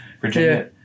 Virginia